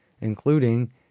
including